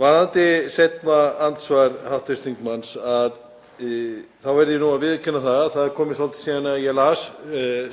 Varðandi seinna andsvar hv. þingmanns þá verð ég nú að viðurkenna að það er komið svolítið síðan ég las